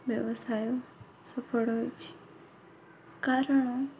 ବ୍ୟବସାୟ ସଫଳ ହୋଇଛି କାରଣ